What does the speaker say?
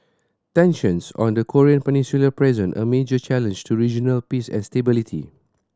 tensions on the Korean Peninsula present a major challenge to regional peace and stability